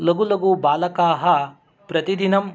लघुलघुबालकाः प्रतिदिनं